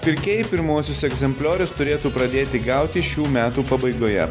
pirkėjai pirmuosius egzempliorius turėtų pradėti gauti šių metų pabaigoje